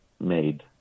made